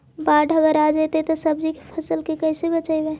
बाढ़ अगर आ जैतै त सब्जी के फ़सल के कैसे बचइबै?